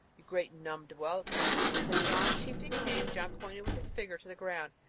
you great numb'd whelp said john. chieftain came john pointed with his finger to the ground,